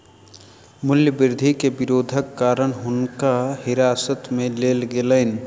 मूल्य वृद्धि के विरोधक कारण हुनका हिरासत में लेल गेलैन